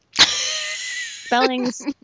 spellings